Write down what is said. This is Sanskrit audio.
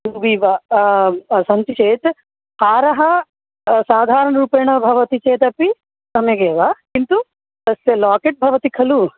रूबी वा सन्ति चेत् हारः साधारणरूपेण भवति चेदपि सम्यगेव किन्तु तस्य लाकेट् भवति खलु